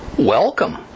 Welcome